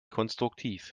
konstruktiv